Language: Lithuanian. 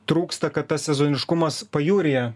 trūksta kad tas sezoniškumas pajūryje